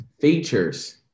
features